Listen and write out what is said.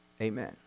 Amen